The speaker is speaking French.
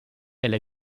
elle